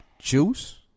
Juice